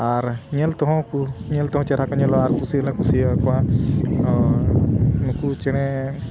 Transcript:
ᱟᱨ ᱧᱮᱞ ᱛᱮᱦᱚᱸ ᱠᱚ ᱧᱮᱞ ᱛᱮᱦᱚᱸ ᱪᱮᱦᱨᱟ ᱠᱚ ᱧᱮᱞᱚᱜᱼᱟ ᱟᱨ ᱠᱩᱥᱤ ᱦᱚᱸᱞᱮ ᱠᱩᱥᱤᱭᱟᱠᱚᱣᱟ ᱱᱩᱠᱩ ᱪᱮᱬᱮ